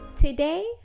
Today